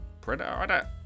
predator